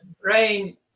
brain